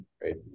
Great